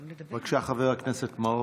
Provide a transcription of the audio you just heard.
בבקשה, חבר הכנסת מעוז.